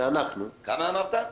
כמה אמרת?